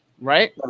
right